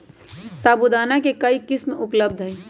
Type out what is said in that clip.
साबूदाना के कई किस्म उपलब्ध हई